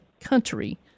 country